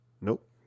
Nope